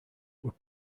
were